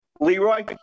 Leroy